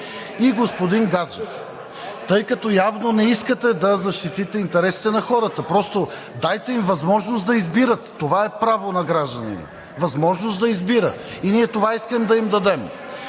Господин Гаджев, тъй като явно не искате да защитите интересите на хората, просто дайте им възможност да избират. Това е право на гражданина – възможност да избира. И ние това искаме да им дадем,